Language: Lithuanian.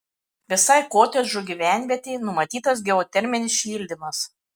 visai kotedžų gyvenvietei numatytas geoterminis šildymas